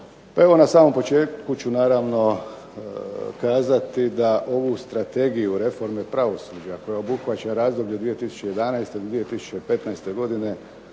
Pa evo na samom početku ću naravno kazati da ovu strategiju reforme pravosuđa koja obuhvaća razdoblje 20011. do 2015. godine